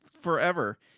forever